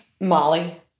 Molly